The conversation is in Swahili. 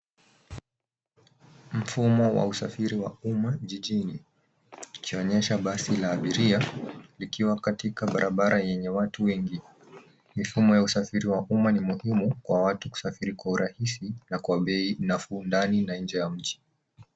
Mfumo wa usafiri wa umma jijini ikionyesha basi la abiria likiwa katikati yenye watu wengi. Mfumo wa usafiri ni muhimu kwa watu kusafiri kwa urahisi na kwa bei nafuu ndani na nje ya nchi.